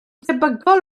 debygol